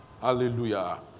Hallelujah